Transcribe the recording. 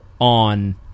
on